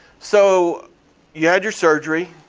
so you had your surgery.